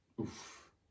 Oof